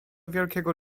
wielkiego